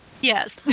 Yes